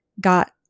got